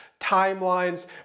timelines